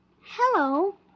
Hello